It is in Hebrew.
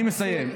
אני מסיים.